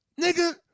nigga